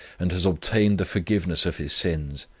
and has obtained the forgiveness of his sins,